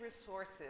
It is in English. resources